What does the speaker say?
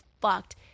fucked